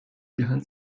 behind